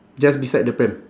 just beside the pram